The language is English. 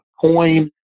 coin